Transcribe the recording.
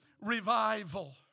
revival